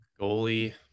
Goalie